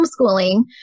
homeschooling